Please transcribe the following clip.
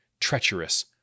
treacherous